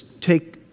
take